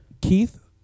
keith